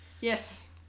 Yes